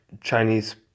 Chinese